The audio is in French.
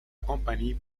compagnie